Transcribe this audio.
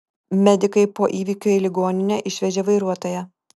medikai po įvykio į ligoninę išvežė vairuotoją